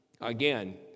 Again